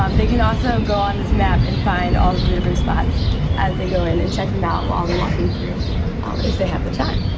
um they can also go on this map and find all the different spots as they go in and check them out while their walking through if they have the time.